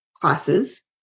classes